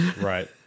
Right